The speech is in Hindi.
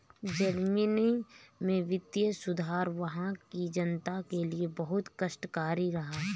जर्मनी में वित्तीय सुधार वहां की जनता के लिए बहुत कष्टकारी रहा